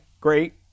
great